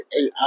AI